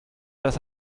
das